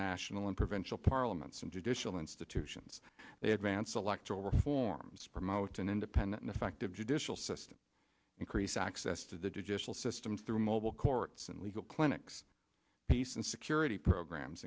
national and provincial parliaments and judicial institutions they have vance electoral reforms promote an independent ineffective judicial system increase access to the digital system through mobile courts and legal clinics peace and security programs